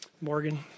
Morgan